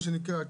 מה שנקרא הקאפ.